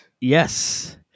Yes